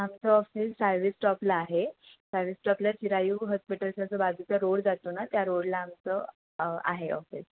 आमचं ऑफिस साळवी स्टॉपला आहे साळवी स्टॉपला चिरायू हॉस्पिटलच्या जो बाजूचा रोड जातो ना त्या रोडला आमचं आहे ऑफिस